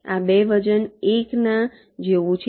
આ 2 વજન 1 ના જેવું છે